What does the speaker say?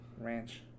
ranch